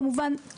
כמובן,